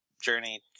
journey